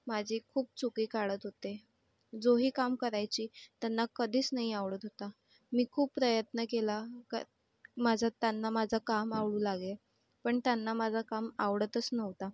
माझी खूप चुकी काढत होते जे ही काम करायची त्यांना कधीच नाही आवडत होता मी खूप प्रयत्न केला की माझं त्यांना माझं काम आवडू लागेल पण त्यांना माझं काम आवडतच नव्हतं